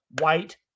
white